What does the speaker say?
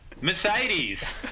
Mercedes